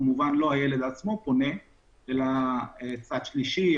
כמובן שלא הילד עצמו פונה אלא צד שלישי,